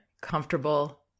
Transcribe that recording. comfortable